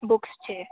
बुक्सचे